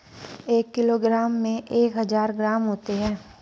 एक किलोग्राम में एक हज़ार ग्राम होते हैं